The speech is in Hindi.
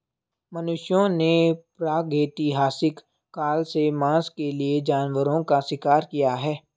मनुष्यों ने प्रागैतिहासिक काल से मांस के लिए जानवरों का शिकार किया है